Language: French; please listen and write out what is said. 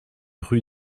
rue